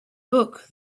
book